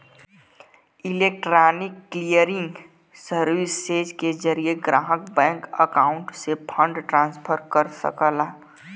electronic clearing services के जरिये ग्राहक बैंक अकाउंट से फंड ट्रांसफर कर सकला